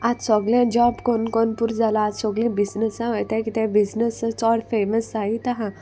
आज सोगलें जॉब कोन कोन पुरो जालां आज सोगलीं बिजनसा वयताय किद्या बिजनस चोड फेमस जायीत आहा